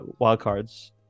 Wildcards